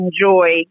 enjoy